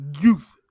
youth